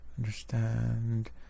Understand